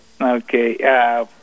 Okay